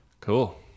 Cool